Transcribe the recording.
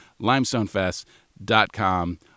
limestonefest.com